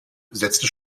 setzte